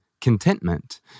contentment